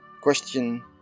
Question